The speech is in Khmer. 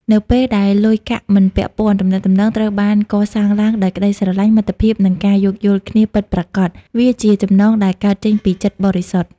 នៅពេលដែលលុយកាក់មិនពាក់ព័ន្ធ ទំនាក់ទំនងត្រូវបានកសាងឡើងដោយក្ដីស្រឡាញ់ មិត្តភាព និងការយោគយល់គ្នាពិតប្រាកដ វាជាចំណងដែលកើតចេញពីចិត្តបរិសុទ្ធ។